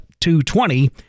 $220